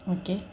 okay